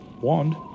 wand